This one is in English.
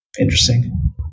Interesting